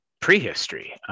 prehistory